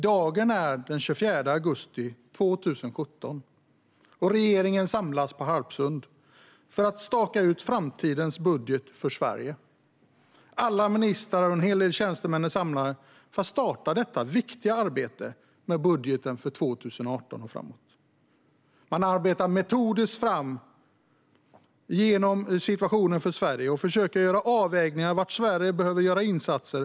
Dagen är den 24 augusti 2017, och regeringen samlas på Harpsund för att staka ut framtidens budget för Sverige. Alla ministrar och en hel del tjänstemän är samlade för att starta det viktiga arbetet med budgeten för 2018 och framåt. Man arbetar sig metodiskt igenom situationen i Sverige och försöker göra avvägningar för var Sverige behöver göra insatser.